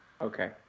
Okay